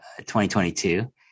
2022